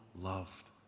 loved